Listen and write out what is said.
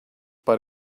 but